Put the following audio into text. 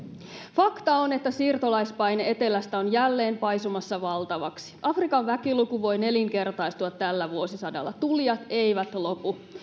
fakta on että siirtolaispaine etelästä on jälleen paisumassa valtavaksi afrikan väkiluku voi nelinkertaistua tällä vuosisadalla tulijat eivät lopu